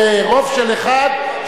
ברוב של אחד,